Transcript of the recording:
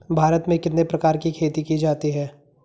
भारत में कितने प्रकार की खेती की जाती हैं?